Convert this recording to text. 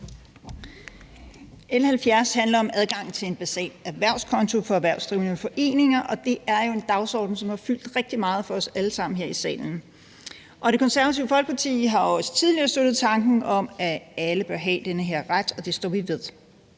L 70 handler om adgang til en basal erhvervskonto for erhvervsdrivende foreninger, og det er jo en dagsorden, som har fyldt rigtig meget for os alle sammen her i salen. Det Konservative Folkeparti har også tidligere støttet tanken om, at alle bør have denne her ret, og det står vi ved.